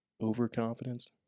overconfidence